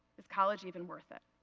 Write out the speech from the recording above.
is college even worth it.